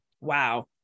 Wow